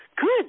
Good